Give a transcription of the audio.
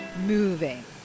moving